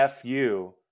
FU